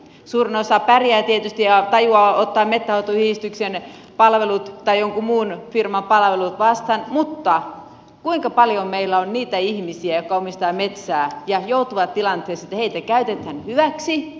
suurin osa pärjää tietysti ja tajuaa ottaa metsänhoitoyhdistyksen palvelut tai jonkun muun firman palvelut vastaan mutta kuinka paljon meillä on niitä ihmisiä jotka omistavat metsää ja joutuvat tilanteeseen että heitä käytetään hyväksi